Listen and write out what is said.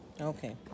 Okay